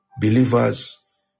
believers